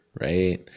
right